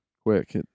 quick